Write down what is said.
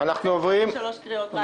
בשלוש קריאות.